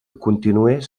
continués